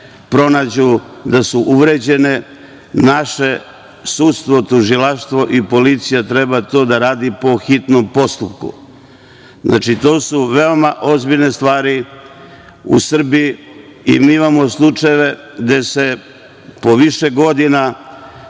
pronađu da su uvređene naše sudstvo, tužilaštvo i policija treba to da radi po hitnom postupku. Znači, to su veoma ozbiljne stvari u Srbiji i mi imamo slučajeve gde po više godina